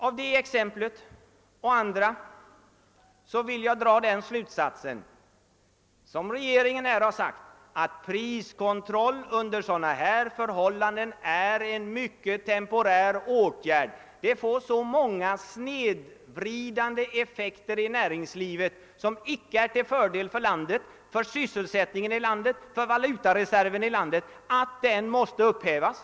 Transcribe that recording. Av det exemplet och andra drar jag slutsatsen att det är riktigt som regeringen sagt, att priskontroll under sådana förhållanden är en mycket temporär åtgärd; den får så snedvridande effekter på näringslivet — effekter som inte är till fördel för sysselsättningen i landet och för valutareserven — att den måste upphävas.